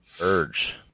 Urge